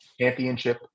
championship